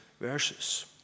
verses